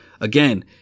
again